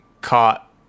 caught